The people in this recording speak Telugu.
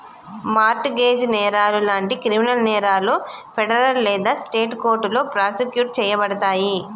మార్ట్ గేజ్ నేరాలు లాంటి క్రిమినల్ నేరాలు ఫెడరల్ లేదా స్టేట్ కోర్టులో ప్రాసిక్యూట్ చేయబడతయి